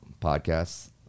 Podcasts